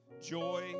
joy